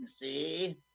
see